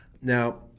Now